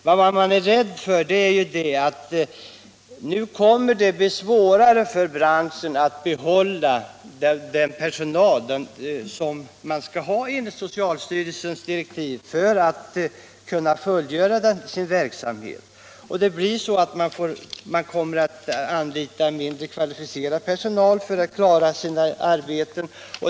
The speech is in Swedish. Vad man är rädd för är att det nu kommer att bli svårare för branschen att behålla den personal som den enligt socialstyrelsens direktiv skall ha för att kunna bedriva sin verksamhet. Man blir tvungen att anlita mindre kvalificerad personal för att klara sina arbeten.